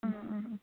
ꯎꯝ ꯎꯝ ꯎꯝ